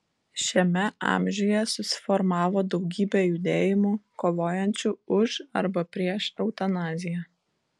šiame amžiuje susiformavo daugybė judėjimų kovojančių už arba prieš eutanaziją